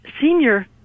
senior